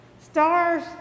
Stars